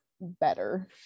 better